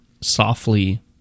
softly